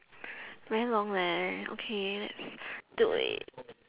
very long leh okay let's do it